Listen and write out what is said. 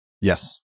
Yes